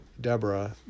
Deborah